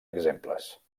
exemples